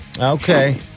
Okay